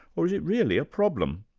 or is it really a problem?